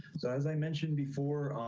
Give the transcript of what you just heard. so as i mentioned before.